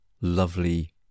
lovely